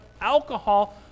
alcohol